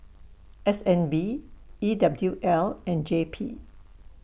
S N B E W L and J P